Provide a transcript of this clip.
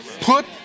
Put